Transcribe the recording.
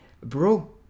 bro